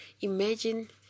imagine